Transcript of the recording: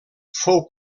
fou